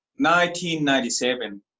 1997